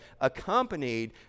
accompanied